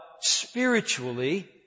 spiritually